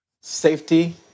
safety